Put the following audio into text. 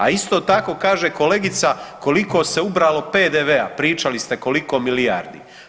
A isto tako kaže kolegica, koliko se ubralo PDV-a, pričali ste koliko milijardi.